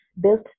built